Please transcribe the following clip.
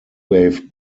wave